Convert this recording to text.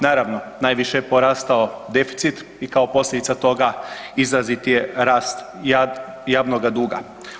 Naravno najviše je porastao deficit i kao posljedica toga izrazit je rast javnoga duga.